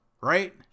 right